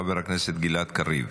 חבר הכנסת גלעד קריב.